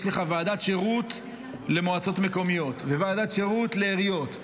יש לך ועדת שירות למועצות מקומיות וועדת שירות לעיריות,